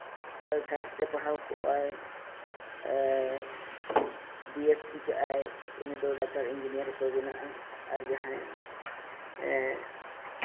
ᱥᱟᱭᱮᱱᱥᱛᱮ ᱯᱟᱲᱦᱟᱣ ᱠᱟᱜᱼᱟᱭ B S C ᱠᱟᱜ ᱟᱭ ᱩᱱᱤᱫᱚ ᱰᱟᱠᱛᱟᱨ ᱤᱧᱡᱤᱱᱤᱭᱟᱨ ᱠᱚᱭ ᱵᱮᱱᱟᱜ ᱟᱭ ᱟᱨ ᱡᱟᱦᱟᱸᱭ